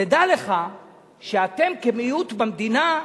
תדע לך שאתם, כמיעוט במדינה,